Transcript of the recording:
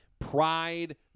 Pride